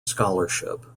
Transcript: scholarship